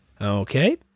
Okay